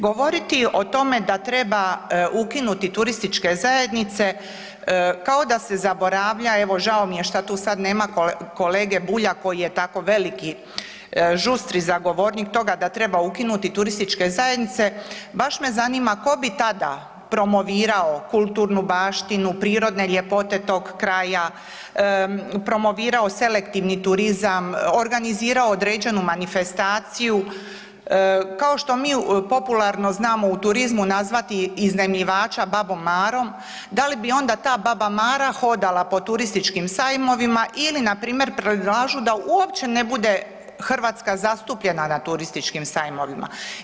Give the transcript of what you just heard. Govoriti o tome da treba ukinuti TZ kao da se zaboravlja, evo žao mi je šta tu sad nema kolege Bulja koji je tako veliki, žustri zagovornik toga da treba ukinuti TZ, baš me zanima ko bi tada promovirao kulturnu baštinu, prirodne ljepote tog kraja, promovirao selektivni turizam, organizirao određenu manifestaciju, kako mi popularno znamo u turizmu nazvati iznajmljivača „babom Marom“, da li bi onda ta „baba Mara“ hodala po turističkim sajmovima ili npr. predlažu da uopće ne bude Hrvatska zastupljena na turističkim sajmovima.